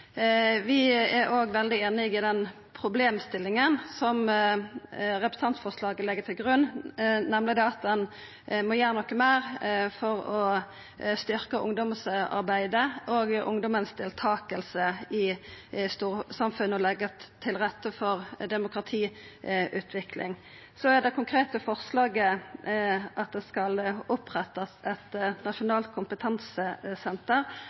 Vi er òg veldig einig i den problemstillinga som representantforslaget legg til grunn, nemleg at ein må gjera meir for å styrkja ungdomsarbeidet og ungdomen si deltaking i storsamfunnet og leggja til rette for demokratiutvikling. Det konkrete forslaget er at det skal opprettast eit